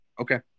Okay